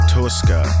Tosca